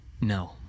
No